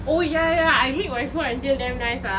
oh yeah yeah I make my phone until damn nice ah